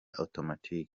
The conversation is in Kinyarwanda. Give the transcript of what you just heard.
automatic